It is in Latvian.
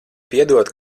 piedod